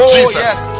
Jesus